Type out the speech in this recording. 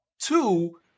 Two